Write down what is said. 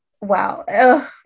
Wow